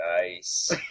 Nice